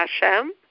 Hashem